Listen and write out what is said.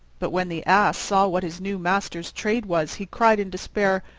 but when the ass saw what his new master's trade was, he cried in despair,